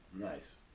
Nice